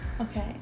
Okay